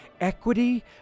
Equity